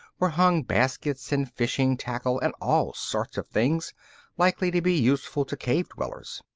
were hung baskets and fishing-tackle and all sorts of things likely to be useful to cave-dwellers.